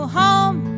home